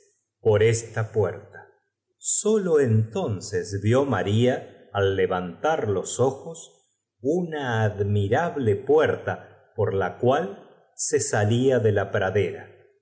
pot esta puerta bastante sólo entonces vió maría al levantar los tomaró contestó cascanueces el ojos una admirable puerta pot la cual se salfa de la pradera